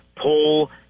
pull